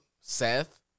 Seth